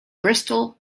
bristol